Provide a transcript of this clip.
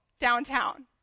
downtown